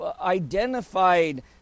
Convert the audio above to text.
identified